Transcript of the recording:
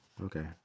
okay